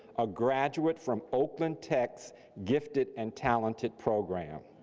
a graduate from oakland tech's gifted and talented program.